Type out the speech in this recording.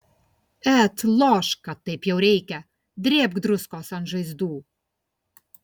et lošk kad taip jau reikia drėbk druskos ant žaizdų